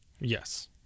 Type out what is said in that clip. Yes